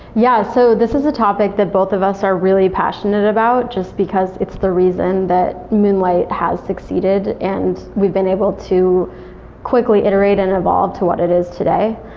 yeah. so this is a topic that both of us are really passionate about, just because it's the reason that moonlight has succeeded and we've been able to quickly iterate and evolve to what it is today.